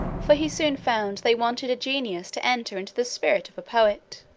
for he soon found they wanted a genius to enter into the spirit of a poet.